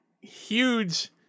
huge